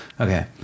Okay